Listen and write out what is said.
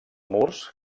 murs